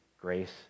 grace